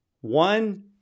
One